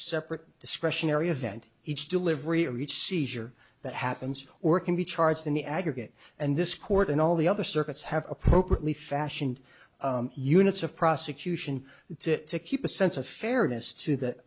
separate discretionary event each delivery or each seizure that happens or can be charged in the aggregate and this court and all the other circuits have appropriately fashioned units of prosecution to to keep a sense of fairness to th